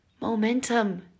momentum